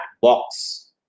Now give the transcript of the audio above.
box